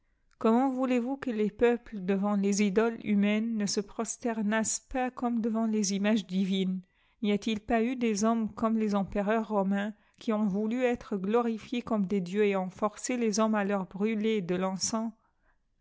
comment voulezvous que les peuples devant les idoles humaines ne se prosternassent pas comme devant les images divines n'y a-t-il pas eu des hommes comme les empereuss romains qui ont voulu être rorifiés comme des dieux et ont forcé les hommes à leur brûler de encens